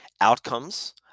outcomes